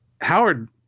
Howard